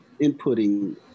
inputting